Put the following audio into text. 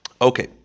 Okay